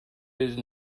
waited